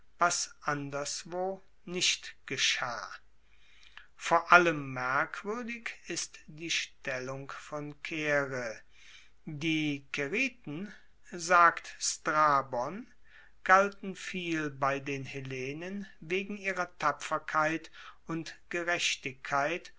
was anderswo nicht geschah vor allem merkwuerdig ist die stellung von caere die caeriten sagt strabon galten viel bei den hellenen wegen ihrer tapferkeit und gerechtigkeit